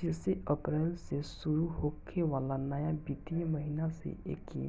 जेसे अप्रैल से शुरू होखे वाला नया वित्तीय महिना से एके